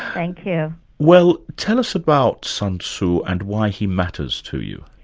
thank you. well, tell us about sun tzu and why he matters to you.